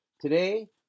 Today